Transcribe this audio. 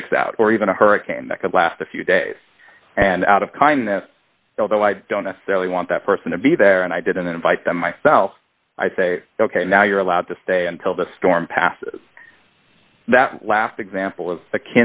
breaks out or even a hurricane that could last a few days and out of kindness although i don't necessarily want that person to be there and i didn't invite them myself i say ok now you're allowed to stay until the storm passes that la